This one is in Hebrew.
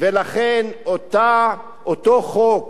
ולכן אותו חוק